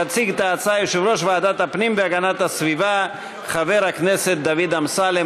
יציג את ההצעה יושב-ראש ועדת הפנים והגנת הסביבה חבר הכנסת דוד אמסלם,